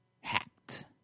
hacked